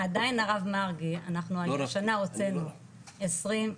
עדיין הרב מרגי עדיין אנחנו הוצאנו 22,000